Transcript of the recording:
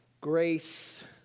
Grace